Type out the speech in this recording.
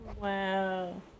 Wow